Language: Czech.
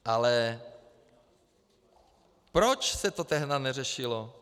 Ale proč se to tehdy neřešilo?